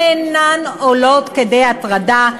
שאינן עולות כדי הטרדה,